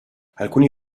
alcuni